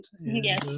Yes